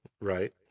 right